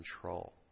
control